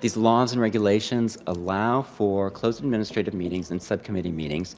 these laws and regulations allow for closed administrative meetings and subcommittee meetings,